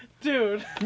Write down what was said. Dude